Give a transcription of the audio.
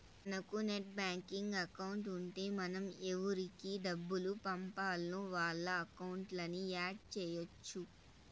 మనకు net banking account ఉంటే మనం ఎవురికి డబ్బులు పంపాల్నో వాళ్ళ అకౌంట్లని యాడ్ చెయ్యచ్చు